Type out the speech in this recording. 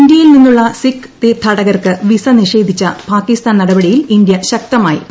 ഇന്ത്യയിൽ നിന്നുള്ള സിഖ് തീർത്ഥാടകർക്ക് വിസ നിഷേധിച്ച പാകിസ്ഥാൻ നടപടിയിൽ ഇന്ത്യ ശക്തമായി പ്രതിഷേധിച്ചു